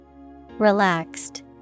relaxed